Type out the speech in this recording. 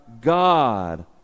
God